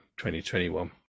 2021